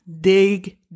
dig